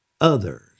Others